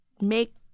make